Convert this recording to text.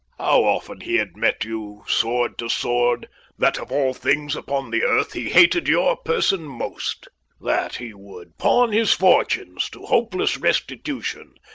how often he had met you, sword to sword that of all things upon the earth he hated your person most that he would pawn his fortunes to hopeless restitution,